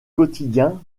quotidien